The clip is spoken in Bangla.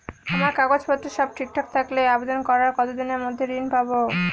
আমার কাগজ পত্র সব ঠিকঠাক থাকলে আবেদন করার কতদিনের মধ্যে ঋণ পাব?